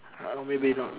uh maybe not